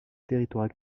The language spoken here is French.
territoire